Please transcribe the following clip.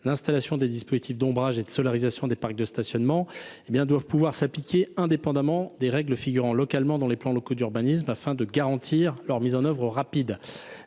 l’installation de dispositifs d’ombrage et de solarisation des parcs de stationnement doivent pouvoir s’appliquer indépendamment des règles figurant dans les plans locaux d’urbanisme, afin de garantir leur mise en œuvre rapide.